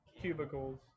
cubicles